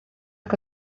que